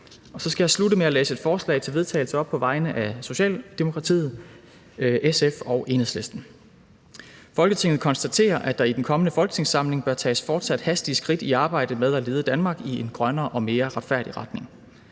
Så skal jeg slutte af med at læse et forslag til vedtagelse op på vegne af Socialdemokratiet, SF og Enhedslisten: Forslag til vedtagelse »Folketinget konstaterer, at der i den kommende folketingssamling bør tages fortsat hastige skridt i arbejdet med at lede Danmark i en grønnere og mere retfærdig retning.